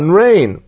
rain